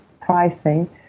pricing